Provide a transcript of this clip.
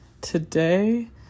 Today